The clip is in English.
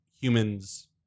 humans